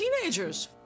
teenagers